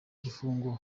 gifungo